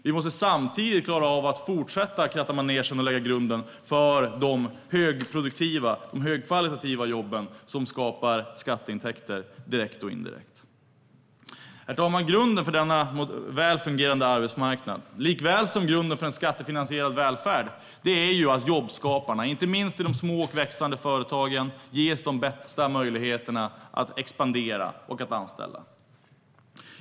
Vi måste samtidigt klara av att fortsätta kratta manegen och lägga grunden för de högproduktiva och högkvalitativa jobben som skapar skatteintäkter direkt och indirekt. Herr talman! Grunden för denna väl fungerande arbetsmarknad likväl som grunden för en skattefinansierad välfärd är att jobbskaparna, inte minst i de små och växande företagen, ges de bästa möjligheterna att expandera och anställa.